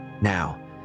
Now